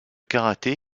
karaté